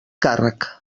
càrrec